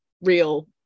real